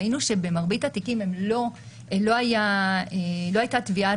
ראינו שבמרבית התיקים לא הייתה תביעת